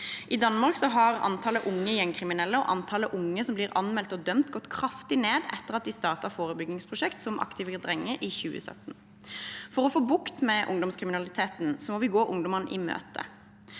I Danmark har antallet unge gjengkriminelle og antallet unge som blir anmeldt og dømt, gått kraftig ned etter at de startet forebyggingprosjekter som «Aktive Drenge» i 2017. For å få bukt med ungdomskriminaliteten må vi komme ungdommene i møte.